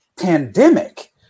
pandemic